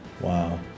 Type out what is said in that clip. Wow